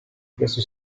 questo